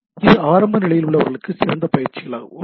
இது ஆரம்ப நிலையில் உள்ளவர்ககளுக்கு சிறந்த பயிற்சிகள் உள்ளன